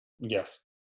Yes